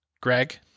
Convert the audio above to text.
greg